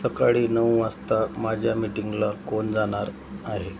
सकाळी नऊ वाजता माझ्या मिटींगला कोण जाणार आहे